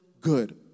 good